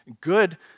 Good